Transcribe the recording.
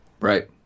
Right